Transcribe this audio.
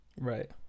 Right